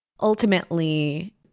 ultimately